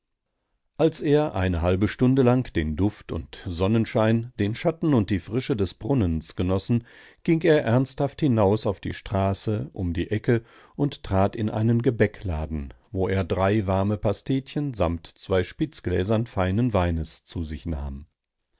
als er eine halbe stunde lang den duft und sonnenschein den schatten und die frische des brunnens genossen ging er ernsthaft hinaus auf die straße um die ecke und trat in einen gebäckladen wo er drei warme pastetchen samt zwei spitzgläsern feinen weines zu sich nahm